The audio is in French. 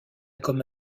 comme